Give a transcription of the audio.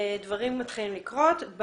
דברים מתחילים לקרות.